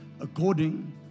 according